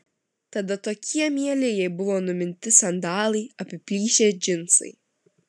tada tokie mieli jai buvo numinti sandalai apiplyšę džinsai